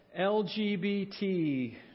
LGBT